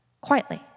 quietly